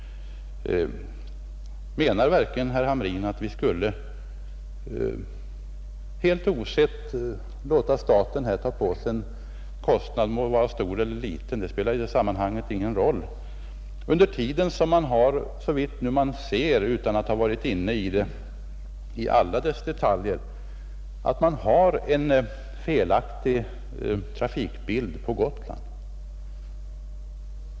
Menar verkligen herr Hamrin att vi skulle helt osett låta staten här ta på sig en kostnad — den må vara stor eller liten, det spelar i det sammanhanget ingen roll — under tiden som man, såvitt vi nu kan bedöma utan att ha gått in i alla dess detaljer, har en felaktig trafikbild på Gotland?